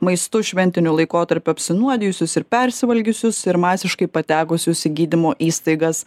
maistu šventiniu laikotarpiu apsinuodijusius ir persivalgiusius ir masiškai patekusius į gydymo įstaigas